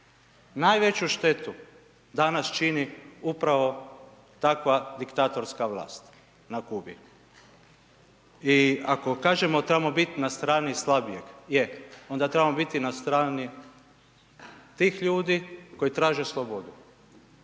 najveću štetu danas čini upravo takva diktatorska vlast na Kubi i ako kažemo tamo bit na strani slabijeg, je, onda trebamo biti na strani tih ljudi koji traže slobodu,